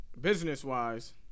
business-wise